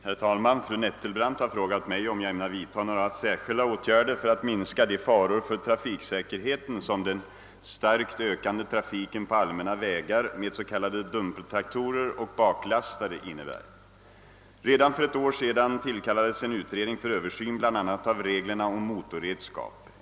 Herr talman! Fru Nettelbrandt har frågat mig, om jag ämnar vidta några särskilda åtgärder för att minska de faror för trafiksäkerheten som den starkt ökande trafiken på allmänna vägar med s.k. dumpertraktorer och baklastare innebär. Redan för ett år sedan tillkallades en utredning för översyn bl.a. av reglerna om motorredskap.